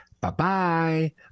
Bye-bye